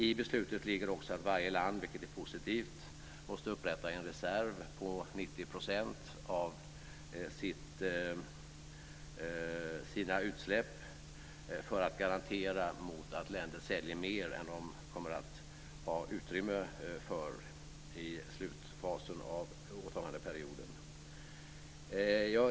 I beslutet ligger också att varje land, vilket är positivt, måste upprätta en reserv på 90 % av sina utsläpp för att garantera att länder inte säljer mer än de kommer att ha utrymme för i slutfasen av åtagandeperioden.